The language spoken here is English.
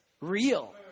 real